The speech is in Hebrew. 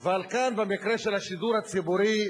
אבל כאן, במקרה של השידור הציבורי,